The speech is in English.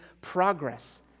progress